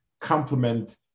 complement